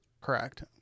Correct